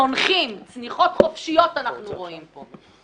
צונחים, צניחות חופשיות אנחנו רואים פה.